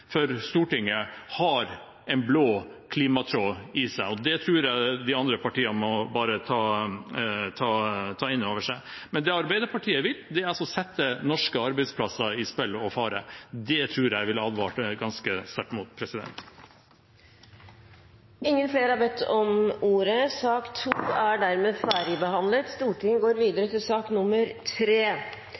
Stortinget, har en blå klimatråd i seg. Det tror jeg de andre partiene må ta inn over seg. Men det Arbeiderpartiet vil, er å sette norske arbeidsplasser på spill og i fare. Det tror jeg at jeg vil advare ganske sterkt mot. Flere har ikke bedt om ordet til sak nr. 2. Paris-avtalen vil ikke bare føre til